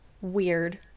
weird